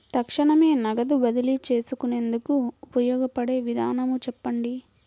తక్షణమే నగదు బదిలీ చేసుకునేందుకు ఉపయోగపడే విధానము చెప్పండి?